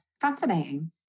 Fascinating